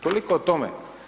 Toliko o tome.